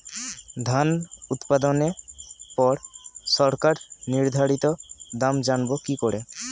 ধান উৎপাদনে পর সরকার নির্ধারিত দাম জানবো কি করে?